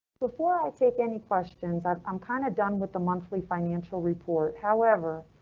before i take any questions, i'm um kind of done with the monthly financial report. however,